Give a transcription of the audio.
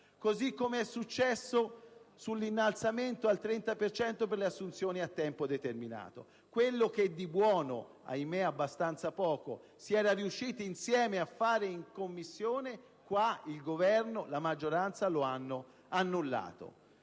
così come è successo sull'innalzamento al 30 per cento per le assunzioni a tempo determinato. Quello che di buono - ahimè abbastanza poco - si era riusciti a fare insieme in Commissione, il Governo e la maggioranza qui lo hanno annullato,